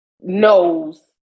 knows